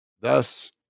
thus